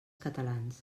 catalans